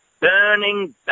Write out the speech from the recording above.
burning